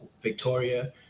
victoria